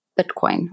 Bitcoin